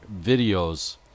videos